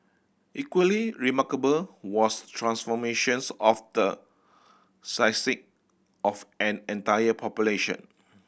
equally remarkable was transformations of the of an entire population